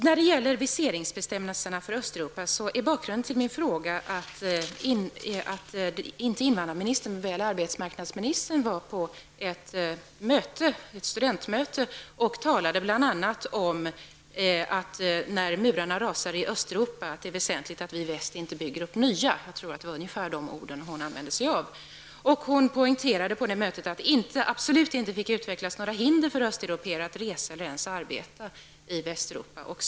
När det gäller viseringsbestämmelserna för östeuropeiska medborgare är bakgrunden till min fråga att inte invandrarministern men väl arbetsmarknadsministern på ett studentmöte bl.a. har sagt att det när murarna rasar i Östeuropa är väsentligt att vi i väst inte bygger upp nya. Jag tror att det var ungefär de orden som hon använde. Hon poängterade på det mötet att det absolut inte fick utvecklas några hinder för östeuropéer att resa eller ens arbeta i Västeuropa inkl.